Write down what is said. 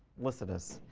lycidas,